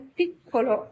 piccolo